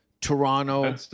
Toronto